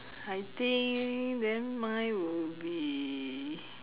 I think then mine will be